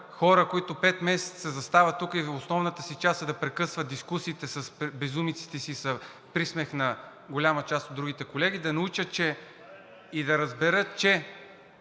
хора, които пет месеца застават тук и основната им част е да прекъсват дискусиите с безумиците си и са присмех на голяма част от другите колеги, да научат и да разберат, че